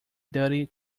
duty